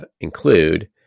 include